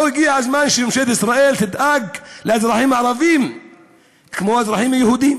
לא הגיע הזמן שממשלת ישראל תדאג לאזרחים הערבים כמו לאזרחים היהודים?